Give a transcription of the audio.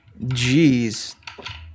Jeez